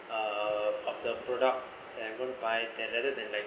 of the product and going to buy that rather than like